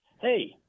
Hey